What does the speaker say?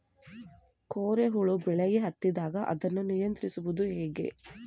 ಕೋರೆ ಹುಳು ಬೆಳೆಗೆ ಹತ್ತಿದಾಗ ಅದನ್ನು ನಿಯಂತ್ರಿಸುವುದು ಹೇಗೆ?